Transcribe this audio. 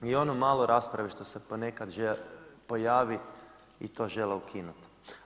I ono malo rasprave što se ponekad pojavi i to žele ukinuti.